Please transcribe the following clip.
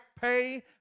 pay